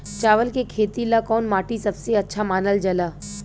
चावल के खेती ला कौन माटी सबसे अच्छा मानल जला?